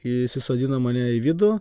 įsisodino mane į vidų